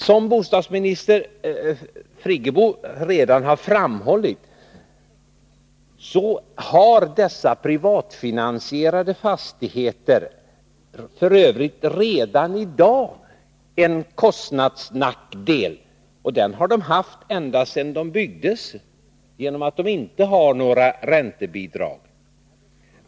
Som bostadsminister Friggebo redan framhållit, så har dessa privatfinansierade fastigheter f. ö. redan i dag en kostnadsnackdel, och den har de haft ända sedan de byggdes genom att inte ha några räntebidrag.